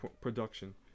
production